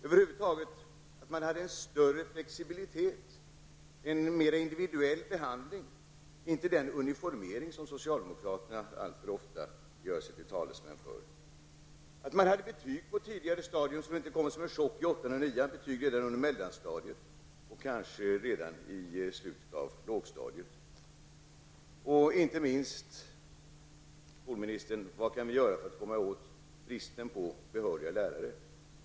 Över huvud taget borde man ha en större flexibilitet och en mer individuell behandling, inte den uniformering som socialdemokraterna alltför ofta gör sig till talesmän för. Man skulle kunna ha betyg på ett tidigare stadium. Då skulle de inte komma som en chock i åttan eller nian. Man skulle kunna ha betyg redan på mellanstadiet och kanske redan i slutet på lågstadiet. Och sist men inte minst, skolministern: Vad kan vi göra för att komma till rätta med bristen på behöriga lärare?